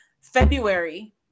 february